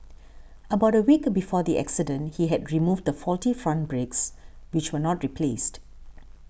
about a week before the accident he had removed the faulty front brakes which were not replaced